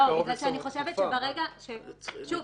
לא.